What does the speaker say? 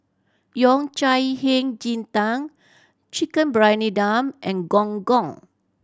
Yao Cai Hei Ji Tang Chicken Briyani Dum and Gong Gong